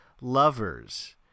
lovers